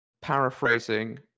paraphrasing